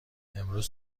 امروز